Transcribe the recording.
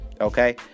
Okay